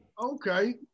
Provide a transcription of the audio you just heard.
Okay